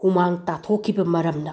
ꯍꯨꯃꯥꯡ ꯇꯥꯊꯣꯛꯈꯤꯕ ꯃꯔꯝꯅ